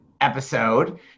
episode